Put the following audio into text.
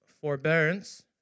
forbearance